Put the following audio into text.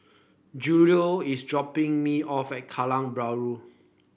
Julio is dropping me off at Kallang Bahru